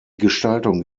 gestaltung